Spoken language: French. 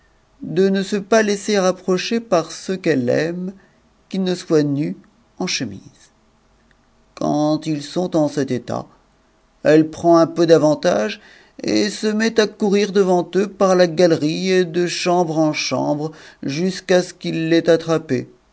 de ne se pas laisser approcher par ceux qu'elle aime qu'ils ne soient nus en chemise quand ils sont en cet état elle prend un peu d'avantage et se met à courir devant eux par la galerie et de chambre en chambre jusqu'à ce qu'ils l'aient attrapée